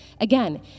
Again